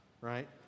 right